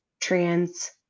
trans